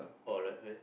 or right right